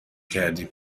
کردیم